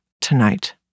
tonight